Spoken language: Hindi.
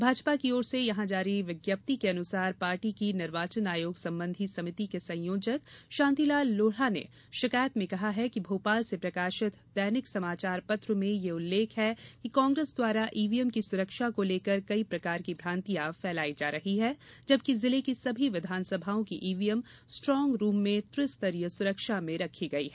भाजपा की ओर से यहां जारी विज्ञप्ति के अनुसार पार्टी की निर्वाचन आयोग संबंधी समिति के संयोजक शांतिलाल लोढ़ा ने शिकायत में कहा है कि भोपाल से प्रकाशित दैनिक समाचार पत्र में यह उल्लेख है कि कांग्रेस द्वारा ईवीएम की सुरक्षा को लेकर कई प्रकार की भ्रांतियां फैलाई जा रही हैं जबकि जिले की सभी विधानसभाओं की ईवीएम स्ट्रांग रूम में त्रिस्तरीय सुरक्षा में रखी गयी है